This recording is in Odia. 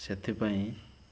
ସେଥିପାଇଁ